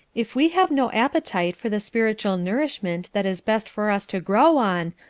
if we have no appetite for the spiritual nourishment that is best for us to grow on,